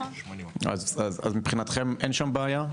אז מבחינתכם אין שם בעיה,